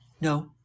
no